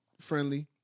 friendly